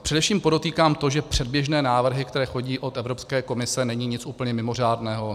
Především podotýkám to, že předběžné návrhy, které chodí od Evropské komise, nejsou nic úplně mimořádného.